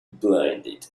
blinded